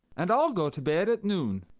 and i'll go to bed at noon.